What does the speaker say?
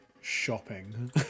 shopping